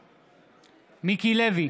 בעד מיקי לוי,